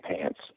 Pants